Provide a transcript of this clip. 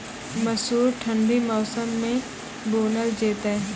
मसूर ठंडी मौसम मे बूनल जेतै?